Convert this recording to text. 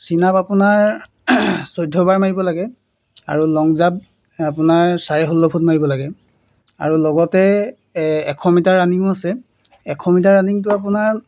চিন আপ আপোনাৰ চৈধ্যবাৰ মাৰিব লাগে আৰু লং জাম্প আপোনাৰ চাৰে ষোল্ল ফুট মাৰিব লাগে আৰু লগতে এ এশ মিটাৰ ৰাণিঙো আছে এশ মিটাৰ ৰানিংটো আপোনাৰ